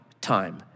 time